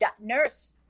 nurse